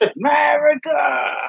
America